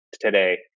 today